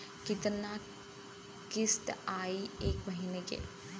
कितना किस्त आई एक महीना के?